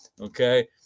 okay